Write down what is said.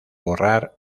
borrar